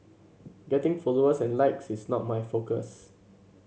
getting followers and likes is not my focus